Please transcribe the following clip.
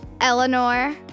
eleanor